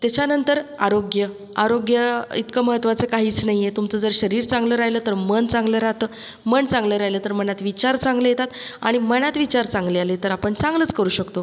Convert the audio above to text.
त्याच्यानंतर आरोग्य आरोग्याइतकं महत्त्वाचं काहीच नाही आहे तुमचं जर शरीर चांगलं राहिलं तर मन चांगलं राहतं मन चांगलं राहिलं तर मनात विचार चांगले येतात आणि मनात विचार चांगले आले तर आपण चांगलंच करू शकतो